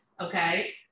okay